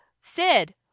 sid